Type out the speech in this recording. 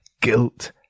guilt